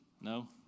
No